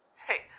hey,